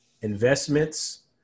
investments